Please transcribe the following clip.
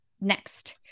Next